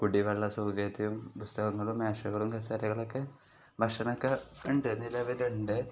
കുടിവെള്ള സൗകര്യവും പുസ്തകങ്ങളും മേശകളും കസേരകളൊക്കെ ഭക്ഷണമൊക്കെ ഉണ്ട് നിലവിലുണ്ട്